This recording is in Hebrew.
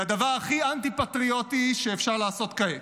היא הדבר הכי אנטי-פטריוטי שאפשר לעשות כעת.